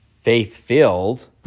faith-filled